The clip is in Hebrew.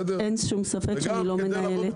אין שום ספק שאני לא מנהלת.